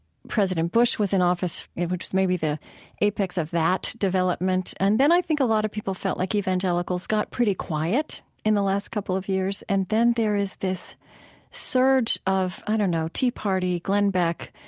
president bush was in office, which may be the apex of that development. and then i think a lot of people felt like evangelicals got pretty quiet in the last couple of years. and then there is this surge of, i don't know, tea party, glenn beck,